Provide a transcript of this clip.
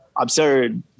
Absurd